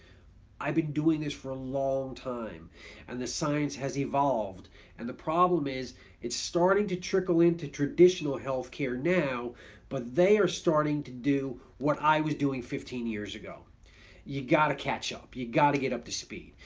i've been doing this for a long time and the science has evolved and the problem is it's starting to trickle into traditional health care now but they are starting to do what i was doing fifteen years ago you got to catch up, you got to get up to speed.